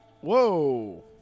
Whoa